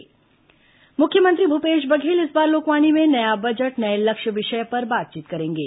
लोकवाणी मुख्यमंत्री भूपेश बघेल इस बार लोकवाणी में नया बजट नये लक्ष्य विषय पर बातचीत करेंगे